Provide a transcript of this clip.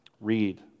Read